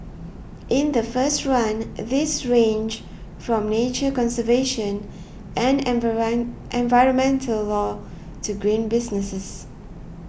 in the first run these ranged from nature conservation and environmental law to green businesses